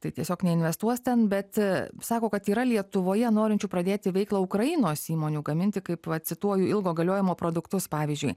tai tiesiog neinvestuos ten bet sako kad yra lietuvoje norinčių pradėti veiklą ukrainos įmonių gaminti kaip cituoju ilgo galiojimo produktus pavyzdžiui